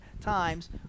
times